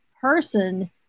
person